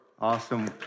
awesome